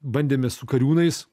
bandėme su kariūnais